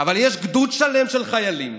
אבל יש גדוד שלם של חיילים